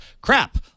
crap